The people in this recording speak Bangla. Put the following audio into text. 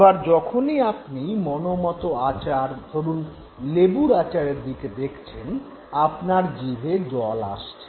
এবার যখনই আপনি মনোমত আচার ধরুন লেবুর আচারের দিকে দেখছেন আপনার জিভে জল আসছে